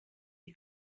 die